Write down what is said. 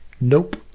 nope